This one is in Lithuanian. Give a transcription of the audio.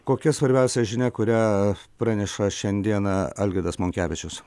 kokia svarbiausia žinia kurią praneša šiandien algirdas monkevičius